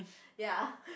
ya